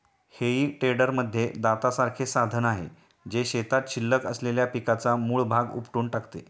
हेई टेडरमध्ये दातासारखे साधन आहे, जे शेतात शिल्लक असलेल्या पिकाचा मूळ भाग उपटून टाकते